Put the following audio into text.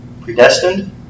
predestined